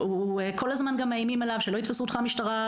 וכל הזמן גם מאיימים עליו "שלא יתפסו אותך המשטרה,